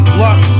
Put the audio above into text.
luck